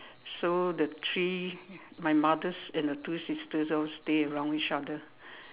so the three my mothers and her two sisters all stay around each other